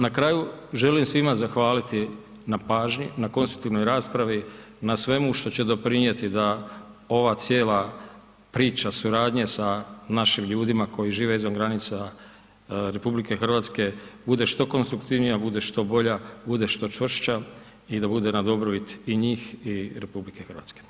Na kraju, želim svima zahvaliti na pažnji, na konstitutivnoj raspravi, na svemu što će doprinijeti da ova cijela priča suradnje sa našim ljudima koji žive izvan granica RH, bude što konstruktivnija, bude što bolja, bude što čvršća i da bude na dobrobit i njih i RH.